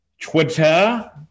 Twitter